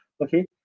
Okay